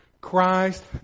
Christ